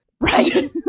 right